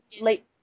late